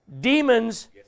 demons